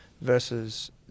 versus